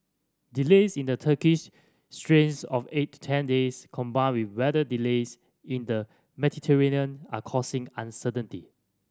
delays in the Turkish straits of eight ten days combined with weather delays in the Mediterranean are causing uncertainty